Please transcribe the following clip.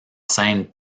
scène